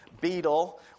Beetle